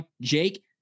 Jake